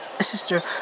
Sister